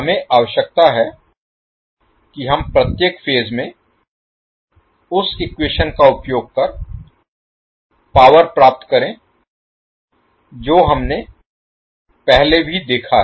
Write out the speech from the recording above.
हमें आवश्यकता है कि हम प्रत्येक फेज में उस इक्वेशन का उपयोग कर पावर प्राप्त करें जो हमने पहले भी देखा है